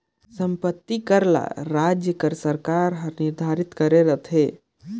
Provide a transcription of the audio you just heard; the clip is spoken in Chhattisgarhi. संपत्ति कर ल राएज कर सरकार हर निरधारित करे रहथे